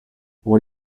what